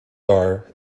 are